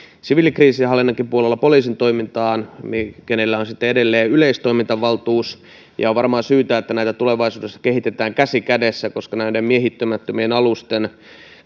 siviilikriisinhallinnankin puolella poliisin toimintaan jolla on sitten edelleen yleistoimintavaltuus ja on varmaan syytä että näitä tulevaisuudessa kehitetään käsi kädessä koska näiden miehittämättömien alusten